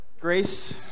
Grace